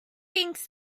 thinks